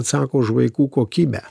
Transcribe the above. atsako už vaikų kokybę